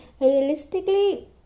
realistically